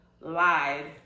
lied